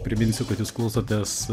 priminsiu kad jūs klausotės